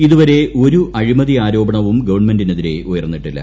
ഇതുവരെ ഒരു അഴിമതി ആരോപണവും ഗവൺമെന്റിനെതി ഉയർന്നിട്ടില്ല